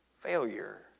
failure